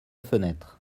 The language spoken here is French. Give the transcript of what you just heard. fenêtre